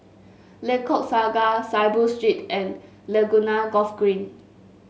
Lengkok Saga Saiboo Street and Laguna Golf Green